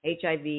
HIV